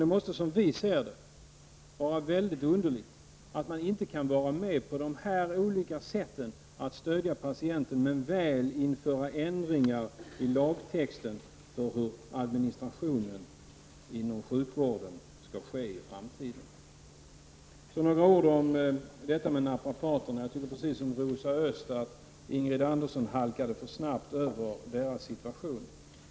Det är, som vi ser det, mycket underligt att man inte på dessa olika sätt kan stödja patienten, men väl införa ändringar i lagtexten för hur administrationen inom sjukvården skall ske i framtiden. Några ord om naprapaterna. Jag tycker precis som Rosa Östh att Ingrid Andersson för snabbt halkade över deras situation.